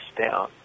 down